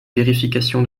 vérification